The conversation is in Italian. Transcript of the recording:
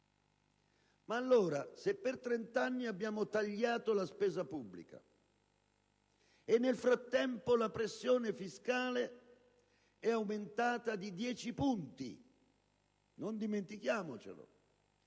del PIL. Per trent'anni abbiamo tagliato la spesa pubblica e nel frattempo la pressione fiscale è aumentata di dieci punti. Non dimentichiamocelo: